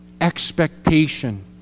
expectation